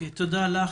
תודה.